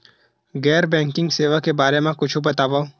गैर बैंकिंग सेवा के बारे म कुछु बतावव?